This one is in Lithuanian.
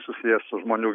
susiję su žmonių